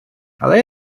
але